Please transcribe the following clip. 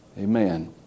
Amen